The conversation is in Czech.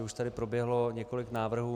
Už tady proběhlo několik návrhů.